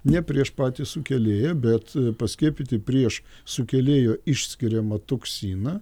ne prieš patį sukėlėją bet paskiepyti prieš sukėlėjo išskiriamą toksiną